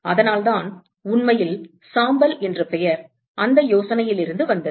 அதனால் தான் உண்மையில் சாம்பல் என்ற பெயர் அந்த யோசனையிலிருந்து வந்தது